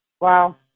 Wow